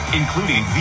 including